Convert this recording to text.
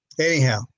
anyhow